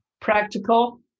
Practical